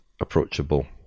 approachable